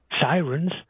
sirens